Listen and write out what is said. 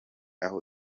aho